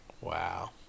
Wow